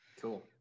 Cool